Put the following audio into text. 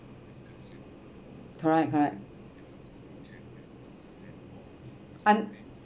correct correct understanding